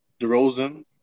DeRozan